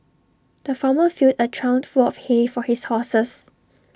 the farmer filled A trough full of hay for his horses